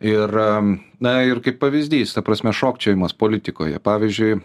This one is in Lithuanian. ir na ir kaip pavyzdys ta prasme šokčiojimas politikoje pavyzdžiui